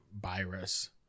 virus